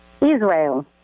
Israel